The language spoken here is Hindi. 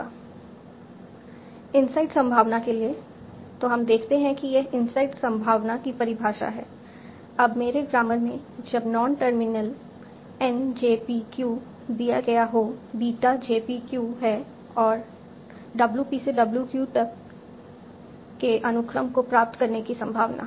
j इनसाइड संभावना के लिए तो हम देखते हैं कि यह इनसाइड संभावना की परिभाषा है अब मेरे ग्रामर में जब non terminal N j p q दिया गया हो बीटा j p q है W p से W q तक केअनुक्रम को प्राप्त करने की संभावना